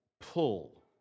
pull